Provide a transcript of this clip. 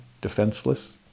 defenseless